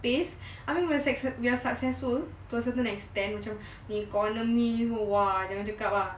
pace I mean we're we're successful to certain extent macam economy !wah! jangan cakap ah